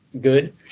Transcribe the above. good